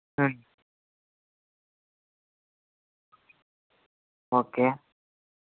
okay